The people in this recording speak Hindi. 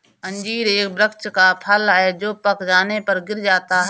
अंजीर एक वृक्ष का फल है जो पक जाने पर गिर जाता है